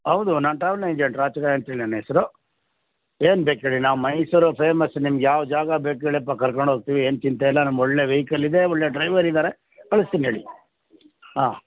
ಹೌದು ನಾನು travel agent Rachuraya ಅಂಥೇಳಿ ನನ್ನ ಹೆಸ್ರು ಏನು ಬೇಕು ಹೇಳಿ ನಾವು ಮೈಸೂರಲ್ಲಿ ಫೇಮಸ್ ನಿಮಗೆ ಯಾವ ಜಾಗ ಬೇಕು ಹೇಳಿ ಪಾ ಕರ್ಕೊಂಡು ಹೋಗ್ತೀವಿ ಏನು ಚಿಂತೆ ಇಲ್ಲ ನಮ್ಮ ಒಳ್ಳೆ ವೆಹಿಕಲ್ ಇದೆ ಒಳ್ಳೆ ಡ್ರೈವರ್ ಇದ್ದಾರೆ ಕಳಿಸ್ತೇನೆ ಹೇಳಿ ಹಾಂ